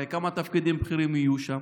הרי כמה תפקידים בכירים יהיו שם?